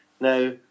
Now